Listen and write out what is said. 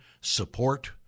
support